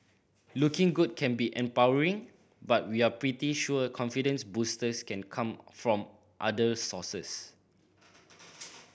looking good can be empowering but we're pretty sure confidence boosters can come from other sources